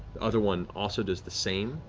other one also does the same.